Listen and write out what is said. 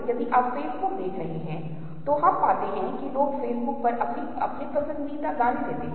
यदि आप 6 लाइनों को देखें तो हम उन्हें 6 पंक्तियों के बजाय तीन पंक्तियों के रूप में देखना चाहते हैं